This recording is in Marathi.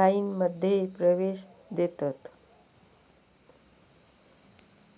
लाइनमध्ये प्रवेश देतत